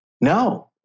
No